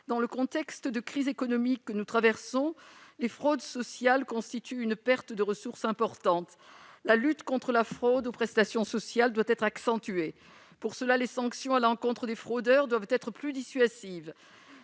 Dans le contexte de crise économique que nous traversons, les fraudes sociales constituent une perte de ressources importante. La lutte contre la fraude aux prestations sociales doit être accentuée. Pour cela, les sanctions à l'encontre des fraudeurs doivent être plus dissuasives.